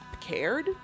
cared